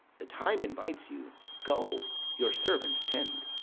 the time invites you go, your servants tend.